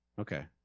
Okay